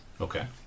Okay